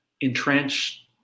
entrenched